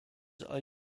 are